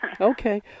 Okay